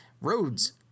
Roads